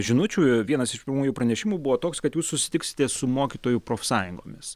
žinučių vienas iš pirmųjų pranešimų buvo toks kad jūs susitiksite su mokytojų profsąjungomis